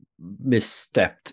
Misstepped